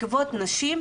נשים,